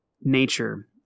nature